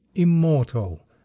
Immortal